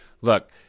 Look